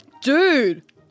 Dude